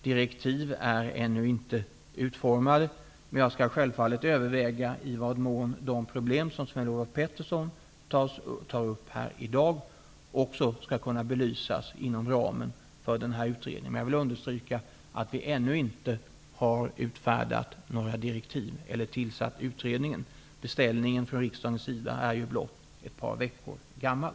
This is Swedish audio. Direktiven är ännu inte utformade, men jag skall självfallet överväga i vad mån de problem som Sven-Olof Petersson tar upp här i dag också skulle kunna belysas inom ramen för denna utredning. Men jag understryker att vi ännu inte tillsatt utredningen och utfärdat några direktiv. Beställningen från riksdagen är ju blott ett par veckor gammal.